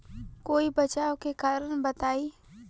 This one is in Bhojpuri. कोई बचाव के कारण बताई?